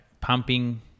pumping